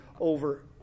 over